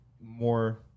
more